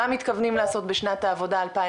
מה מתכוונים לעשות בשנת העבודה 2022?